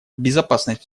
безопасность